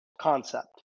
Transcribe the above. concept